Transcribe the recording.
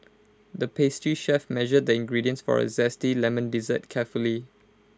the pastry chef measured the ingredients for A Zesty Lemon Dessert carefully